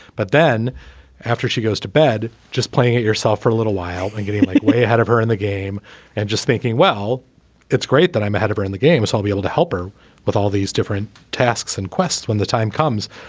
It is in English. but then after she goes to bed just playing it yourself for a little while and getting like ahead of her in the game and just thinking well it's great that i'm ahead of her in the game so i'll be able to help her with all these different tasks and quests when the time comes.